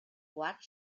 quart